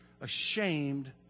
ashamed